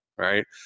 Right